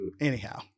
anyhow